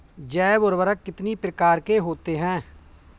जैव उर्वरक कितनी प्रकार के होते हैं?